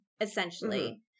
essentially